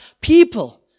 people